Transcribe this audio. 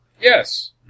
Yes